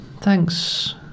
thanks